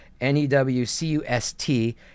n-e-w-c-u-s-t